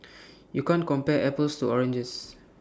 you can't compare apples to oranges